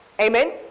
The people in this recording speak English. Amen